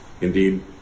Indeed